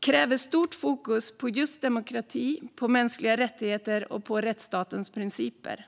kräver stort fokus på just demokrati, mänskliga rättigheter och rättsstatens principer.